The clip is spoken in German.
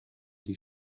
die